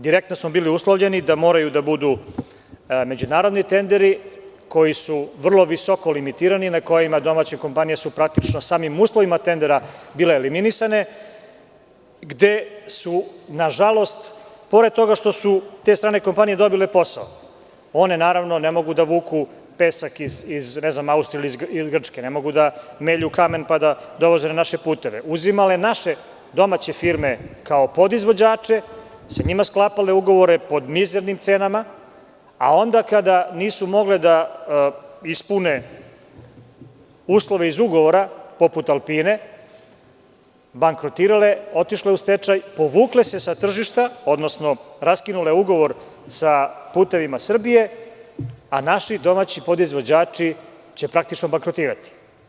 Direktno smo bili uslovljeni da moraju da budu međunarodni tenderi koji su vrlo visoko limitirani i na kojima su domaće kompanije samim uslovima tendera bile eliminisane, gde su na žalost pored toga što su dobile posao, one ne mogu da vuku pesak iz Austrije ili Grčke, da melju kamen pa da dovoze na naše puteve, uzimale naše domaće firme kao podizvođače i sa njima sklapale ugovore po mizernim cenama, a onda kada nisu mogle da ispune uslove iz ugovora, poput „Alpine“ bankrotirale, otišle u stečaj i povukle se sa tržišta, odnosno raskinule ugovor sa „Putevima Srbije“, a naši domaći podizvođači će praktično bankrotirati.